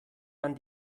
man